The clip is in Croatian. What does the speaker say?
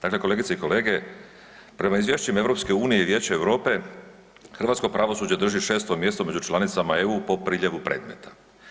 Dakle, kolegice i kolege prema izvješćima EU i Vijeću Europe hrvatsko pravosuđe drži šesto mjesto među članicama EU po priljevu predmeta.